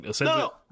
no